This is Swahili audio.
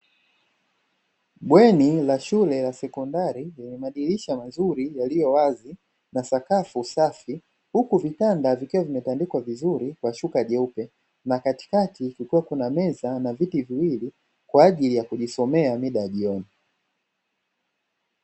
Bweni la shule la sekondari lililo na madirisha mazuri yaliyo wazi na sakafu safi, Huku vitanda vikiwa vimetandikwa vizuri kwa shuka jeupe na katikati kukiwa na meza na viti viwili kwaajili ya kujisomea mida ya jioni.